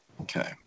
Okay